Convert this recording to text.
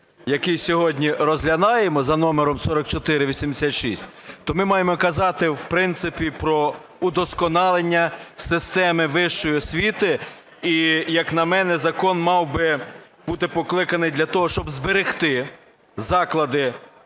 який сьогодні розглядаємо, за номером 4486, то ми маємо казати, в принципі, про удосконалення системи вищої освіти. І як на мене, закон мав би бути покликаний для того, щоб зберегти заклади